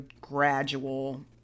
gradual